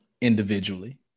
individually